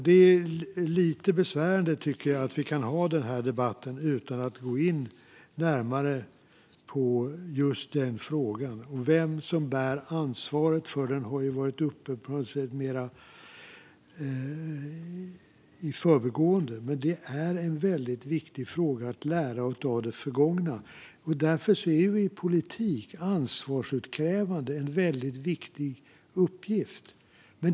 Det är lite besvärande, tycker jag, att vi har denna debatt utan att gå närmare in på just den frågan, vem som bär ansvaret, även om den har tagits upp i förbigående. Det är viktigt att lära av det förgångna, och därför är ansvarsutkrävande en viktig uppgift inom politiken.